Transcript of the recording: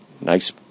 nice